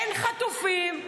אין חטופים,